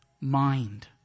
mind